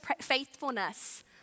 faithfulness